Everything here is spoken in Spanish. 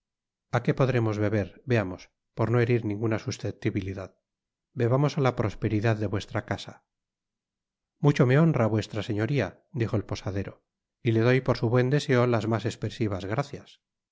a qué podremos beber veamos por no herir ninguna susceptibilidad bebamos á la prosperidad de vuestra casa mucho me honra vuestra señoria dijo el posadero y le doy por su buett deseo las mas espresivas gracias